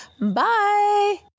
Bye